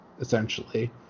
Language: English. essentially